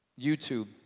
YouTube